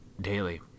daily